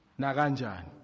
Naganjan